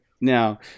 Now